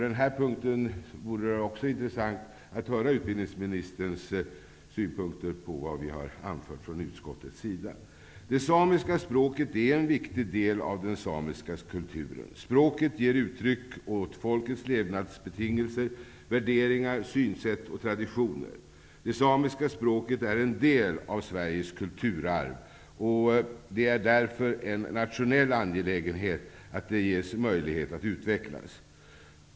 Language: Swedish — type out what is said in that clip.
Det vore även intressant att på den här punkten höra utbildningsministerns synpunkter på det som utskottet anfört. Det samiska språket är en viktig del av den samiska kulturen. Språket ger uttryck åt folkets levnadsbetingelser, värderingar, synsätt och traditioner. Det samiska språket är en del av Sveriges kulturarv, och det är därför en nationell angelägenhet att det ges möjlighet att utvecklas.